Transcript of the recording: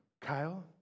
Kyle